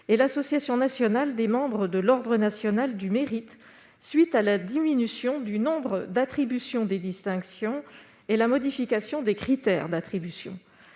et l'association nationale des membres de l'Ordre national du Mérite, suite à la diminution du nombre d'attribution des distinctions et la modification des critères d'attribution